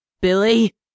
Billy